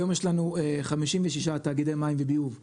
היום יש לנו 56 תאגידי מים וביוב שפועלים.